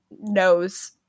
knows